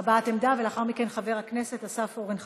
הבעת עמדה, ולאחר מכן חבר הכנסת אסף אורן חזן.